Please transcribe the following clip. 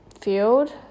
field